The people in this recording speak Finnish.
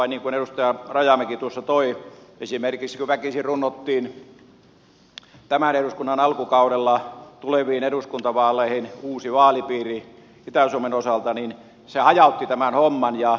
niin kuin edustaja rajamäki tuossa antoi esimerkiksi sen kun väkisin runnottiin tämän eduskunnan alkukaudella tuleviin eduskuntavaaleihin uusi vaalipiiri itä suomen osalta niin se hajautti tämän homman